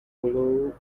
flow